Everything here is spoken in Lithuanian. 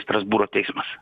strasbūro teismas